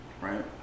right